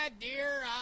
dear